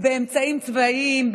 באמצעים צבאיים,